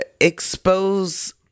expose